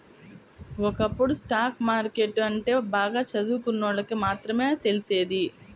ఒకప్పుడు stock market అంటే బాగా చదువుకున్నోళ్ళకి మాత్రమే తెలిసేది